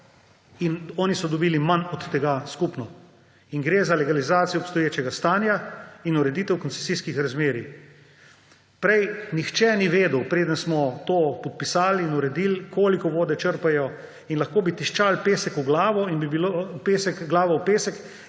In oni so dobili manj od tega skupno. In gre za legalizacijo obstoječega stanja in ureditev koncesijskih razmerij. Prej nihče ni vedel, preden smo to podpisali in uredili, koliko vode črpajo; in lahko bi tiščali glavo v pesek in bi bila ta